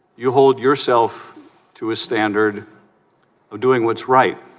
you hold yourself to a standard of doing what's right